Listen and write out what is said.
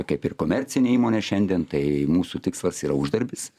kaip ir komercinė įmonė šiandien tai mūsų tikslas yra uždarbis